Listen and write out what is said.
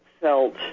felt